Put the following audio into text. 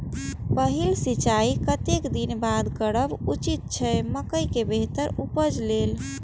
पहिल सिंचाई कतेक दिन बाद करब उचित छे मके के बेहतर उपज लेल?